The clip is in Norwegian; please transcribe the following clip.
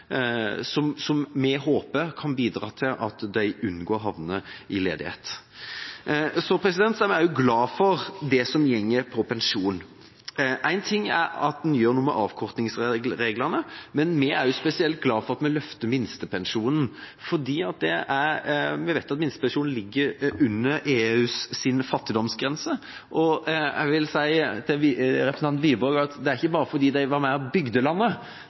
ferdigheter, som vi håper kan bidra til at de unngår å havne i ledighet. Så er vi også glad for det som går på pensjon. Én ting er at en gjør noe med avkortningsreglene, men vi er også spesielt glad for at vi løfter minstepensjonen, fordi vi vet at minstepensjonen ligger under EUs fattigdomsgrense. Jeg vil si til representanten Wiborg at det ikke bare er fordi de var med og bygde landet,